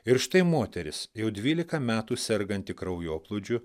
ir štai moteris jau dvylika metų serganti kraujoplūdžiu